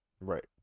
Right